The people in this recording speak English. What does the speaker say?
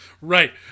Right